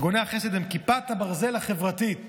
ארגוני החסד הם כיפת הברזל החברתית